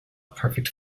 perfect